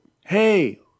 Hey